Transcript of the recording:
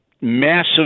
massive